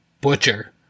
butcher